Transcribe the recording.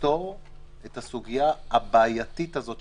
לפתור את הסוגיה הבעייתית הזאת,